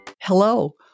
Hello